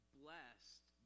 blessed